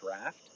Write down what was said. draft